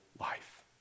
life